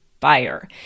fire